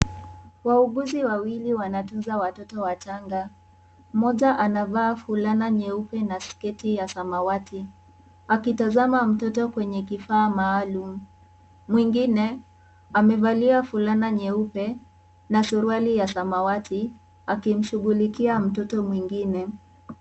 Wauguzi wawili wanatunza watoto wachanga, mmoja Anavaa fulana nyeupe na sketi ya samawati. Akitazama mtoto kwenye kifaa maalum, mwingine amevalia fulana nyeupe na suruali ya samawati akishughulikia mtoto mwingine.